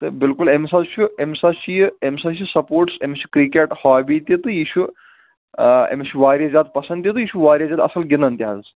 تہٕ بلکل أمس حظ چھُ أمس حظ چھ یہِ أمس حظ چھ سَپوٹس أمس چھِ کِرکٹ ہابی تہِ تہٕ یہِ چھُ أمس چھُ واریاہ زیادٕ پسند تہِ یہِ چھُ واریاہ زیادٕ اصل گِندان تہِ حظ